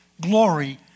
glory